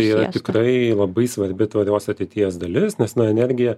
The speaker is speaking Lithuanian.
tai yra tikrai labai svarbi tvarios ateities dalis nes na energija